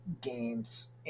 games